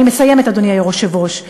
אני מסיימת, אדוני היושב-ראש.